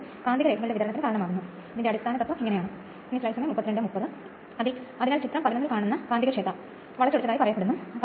ആത്യന്തികമായി രണ്ട് കാര്യങ്ങളുടെയും ഓപ്പറേറ്റിംഗ് തത്വം ഒന്നുതന്നെയാണ് അന്തിമ ഓപ്പറേറ്റിംഗ് തത്ത്വം ഒന്നുതന്നെയാണ് പക്ഷേ വൂണ്ട് റോട്ടർ കേസ് കാണും